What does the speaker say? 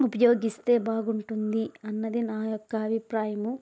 ఉపయోగిస్తే బాగుంటుంది అన్నది నా యొక్క అభిప్రాయం